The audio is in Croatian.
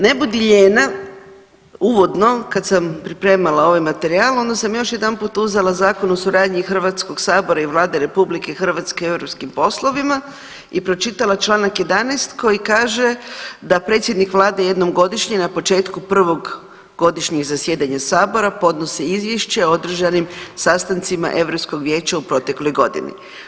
Ne budi lijena uvodno kad sam pripremala ovaj materijal onda sam još jedanput uzela Zakon o suradnji Hrvatskog sabora i Vlade RH u europskim poslovima i pročitala Članak 11. koji kaže da predsjednik vlade jednom godišnje na početku prvog godišnjeg zasjedanja sabora podnosi izvješće o održanim sastancima Europskog vijeća u protekloj godini.